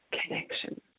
connection